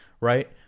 right